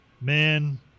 man